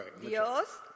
Dios